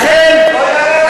ולכן, לא יעלה על הדעת.